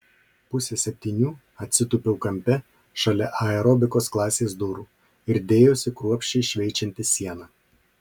pusę septynių atsitūpiau kampe šalia aerobikos klasės durų ir dėjausi kruopščiai šveičianti sieną